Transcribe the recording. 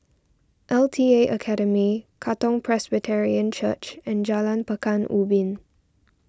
L T A Academy Katong Presbyterian Church and Jalan Pekan Ubin